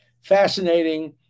fascinating